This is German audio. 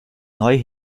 neu